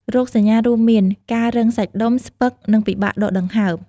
រោគសញ្ញារួមមានការរឹងសាច់ដុំ ស្ពឹក និងពិបាកដកដង្ហើម។